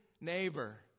neighbor